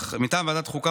ועדת החוקה,